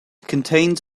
contains